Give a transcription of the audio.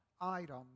item